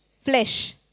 flesh